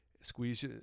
squeeze